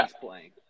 playing